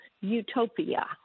utopia